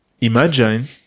imagine